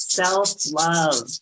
self-love